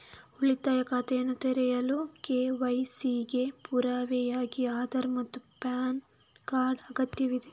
ಉಳಿತಾಯ ಖಾತೆಯನ್ನು ತೆರೆಯಲು ಕೆ.ವೈ.ಸಿ ಗೆ ಪುರಾವೆಯಾಗಿ ಆಧಾರ್ ಮತ್ತು ಪ್ಯಾನ್ ಕಾರ್ಡ್ ಅಗತ್ಯವಿದೆ